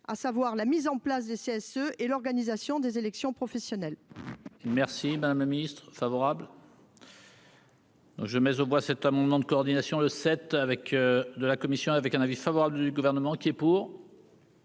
à la mise en place des CSE et à l'organisation des élections professionnelles.